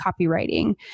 copywriting